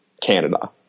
Canada